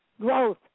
Growth